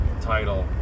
title